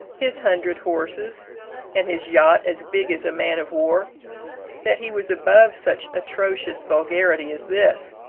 his hundred horses and his yacht as big as a man-of-war. that he was above such atrocious vulgarity as this,